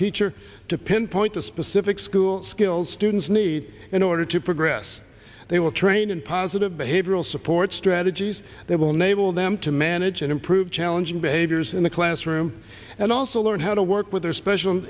teacher to pinpoint a specific school skills students need in order to progress they will train in positive behavioral support strategies that will enable them to manage and improve challenging behaviors in the classroom and also learn how to work with their special